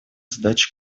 задачу